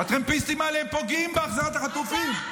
הטרמפיסטים האלה, הם פוגעים בהחזרת החטופים.